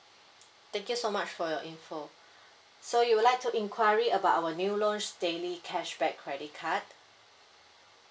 thank you so much for your info so you would like to inquiry about our new launch daily cashback credit card